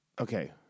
okay